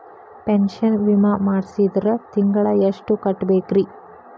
Pension ವಿಮಾ ಮಾಡ್ಸಿದ್ರ ತಿಂಗಳ ಎಷ್ಟು ಕಟ್ಬೇಕ್ರಿ?